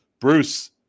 Bruce